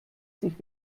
sich